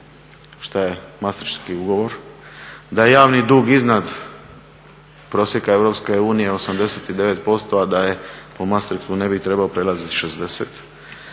što je … ugovor, da je javni dug iznad prosjeka EU, 89%, a da po … ne bi trebao prelaziti 60,